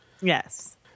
yes